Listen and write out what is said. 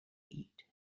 eat